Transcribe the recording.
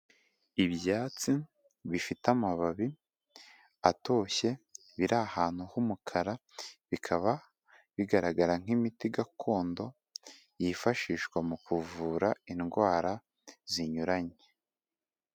Ibyatsi bifite amababi atoshye biri ahantu h'umukara, bikaba bigaragara nk'imiti gakondo yifashishwa mu kuvura indwara zinyuranye.